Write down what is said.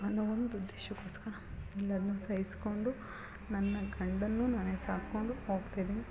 ಅನ್ನೋ ಒಂದು ಉದ್ದೇಶಕ್ಕೋಸ್ಕರ ಎಲ್ಲರ್ನೂ ಸಹಿಸ್ಕೊಂಡು ನನ್ನ ಗಂಡನನ್ನೂ ನಾನೇ ಸಾಕಿಕೊಂಡು ಹೋಗ್ತಿದೀನಿ